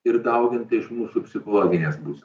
ir dauginta iš mūsų psichologinės būsenos